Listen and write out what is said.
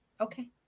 Okay